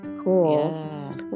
Cool